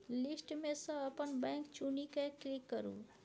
list मे सँ अपन बैंक चुनि कए क्लिक करु